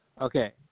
Okay